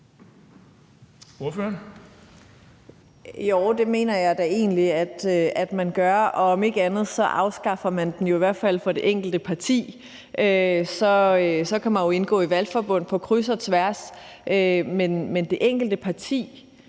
det mener jeg da egentlig at man gør. Om ikke andet afskaffer man den jo i hvert fald for det enkelte parti. Så kan man jo indgå i valgforbund på kryds og tværs, men det enkelte parti,